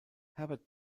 herbert